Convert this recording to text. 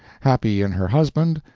happy in her husband,